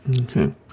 Okay